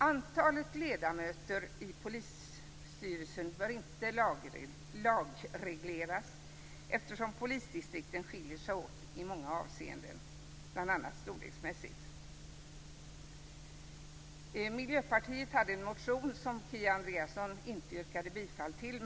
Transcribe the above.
Antalet ledamöter i polisstyrelsen bör inte lagregleras eftersom polisdistrikten skiljer sig åt i många avseenden, bl.a. storleksmässigt. Miljöpartiet har en motion som Kia Andreasson inte yrkade bifall till.